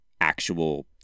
actual